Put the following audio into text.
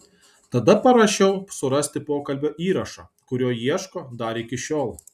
tada parašiau surasti pokalbio įrašą kurio ieško dar iki šiol